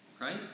right